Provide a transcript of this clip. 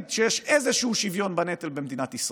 שיש איזשהו שוויון בנטל במדינת ישראל.